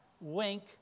wink